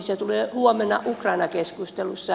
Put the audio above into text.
se tulee huomenna ukraina keskustelussa